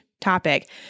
topic